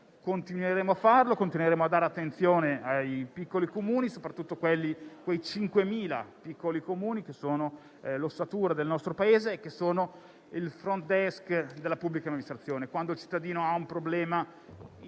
Continueremo a farlo e a dare attenzione ai piccoli Comuni, soprattutto a quei 5.000 piccoli Comuni che sono l'ossatura del nostro Paese e che sono il *front desk* della pubblica amministrazione.